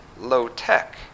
low-tech